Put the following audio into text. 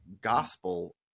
gospel